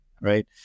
right